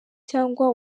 cyangwa